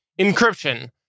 encryption